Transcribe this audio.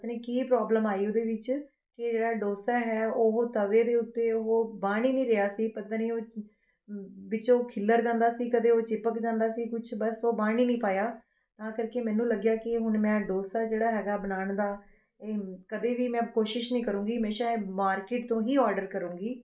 ਪਤਾ ਨਹੀਂ ਕੀ ਪਰੌਬਲਮ ਆਈ ਉਹਦੇ ਵਿੱਚ ਕਿ ਜਿਹੜਾ ਡੋਸਾ ਹੈ ਉਹ ਤਵੇ ਦੇ ਉੱਤੇ ਉਹ ਬਣ ਹੀ ਨਹੀਂ ਰਿਹਾ ਸੀ ਪਤਾ ਨਹੀਂ ਉਸ 'ਚ ਵਿੱਚੋਂ ਖਿੱਲਰ ਜਾਂਦਾ ਸੀ ਕਦੇ ਉਹ ਚਿੱਪਕ ਜਾਂਦਾ ਸੀ ਕੁਛ ਬਸ ਉਹ ਬਣ ਹੀ ਨਹੀਂ ਪਾਇਆ ਤਾਂ ਕਰਕੇ ਮੈਨੂੰ ਲੱਗਿਆ ਕਿ ਹੁਣ ਮੈਂ ਡੋਸਾ ਜਿਹੜਾ ਹੈਗਾ ਬਣਾਉਣ ਦਾ ਇਹ ਕਦੇ ਵੀ ਮੈਂ ਕੋਸ਼ਿਸ਼ ਨਹੀਂ ਕਰੂੰਗੀ ਇਹ ਹਮੇਸ਼ਾਂ ਮਾਰਕਿਟ ਤੋਂ ਹੀ ਆਰਡਰ ਕਰੂੰਗੀ